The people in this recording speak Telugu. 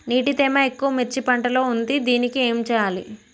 నీటి తేమ ఎక్కువ మిర్చి పంట లో ఉంది దీనికి ఏం చేయాలి?